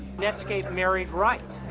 netscape married right.